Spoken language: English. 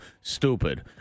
stupid